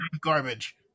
garbage